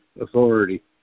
authority